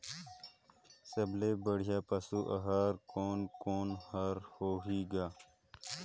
सबले बढ़िया पशु आहार कोने कोने हर होही ग?